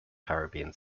caribbean